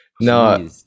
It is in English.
no